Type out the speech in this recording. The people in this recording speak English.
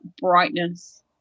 brightness